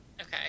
Okay